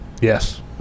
Yes